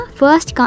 first